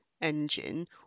engine